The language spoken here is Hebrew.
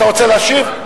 אתה רוצה להשיב?